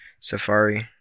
safari